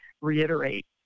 reiterate